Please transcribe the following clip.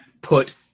put